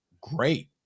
great